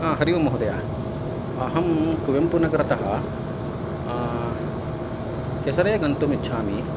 हरि ओम् महोदया अहं कुवेम्पुनगरतः केसरे गन्तुं इच्छामि